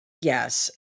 yes